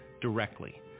directly